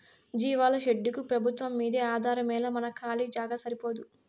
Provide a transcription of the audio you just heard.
జీవాల షెడ్డుకు పెబుత్వంమ్మీదే ఆధారమేలా మన కాలీ జాగా సరిపోదూ